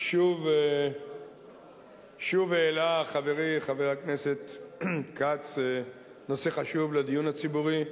שוב העלה חברי חבר הכנסת כץ נושא חשוב לדיון הציבורי.